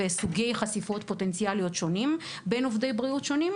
וסוגי חשיפות פוטנציאליות שונות בין עובדי בריאות שונים,